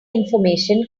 information